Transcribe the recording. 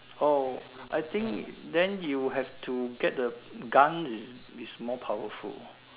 oh I think then you have to get the gun is is more powerful